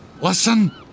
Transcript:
Listen